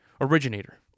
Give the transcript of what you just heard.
Originator